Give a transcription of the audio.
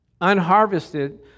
unharvested